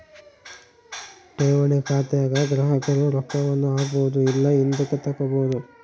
ಠೇವಣಿ ಖಾತೆಗ ಗ್ರಾಹಕರು ರೊಕ್ಕವನ್ನ ಹಾಕ್ಬೊದು ಇಲ್ಲ ಹಿಂದುಕತಗಬೊದು